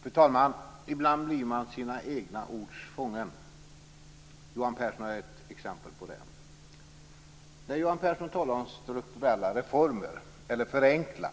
Fru talman! Ibland blir man sina egna ords fånge. Johan Pehrson är ett exempel på det. Han talar om strukturella reformer och att förenkla.